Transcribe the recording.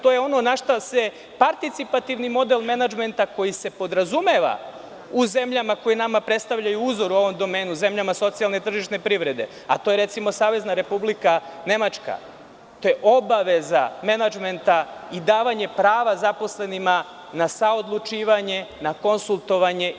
To je ono na šta se participativnim model menadžmenta koji se podrazumeva u zemljama koje nama predstavljaju uzor u ovom domenu zemljama socijalne tržišne privrede, a to je recimo Savezna Republika Nemačka, to je obaveza menadžmenta i davanje prava zaposlenima na saodlučivanje, na konsultovanje.